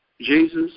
Jesus